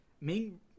ming